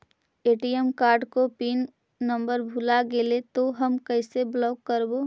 ATM card को pin number भुला गैले तौ हम कैसे ब्लॉक करवै?